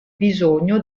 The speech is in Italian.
bisogno